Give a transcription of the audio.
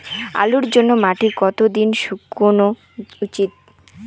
আলুর জন্যে মাটি কতো দিন শুকনো উচিৎ?